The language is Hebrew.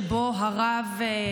שבו הרב,